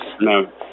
no